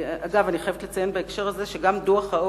אגב, אני חייבת לציין בהקשר הזה שגם דוח ה-OECD,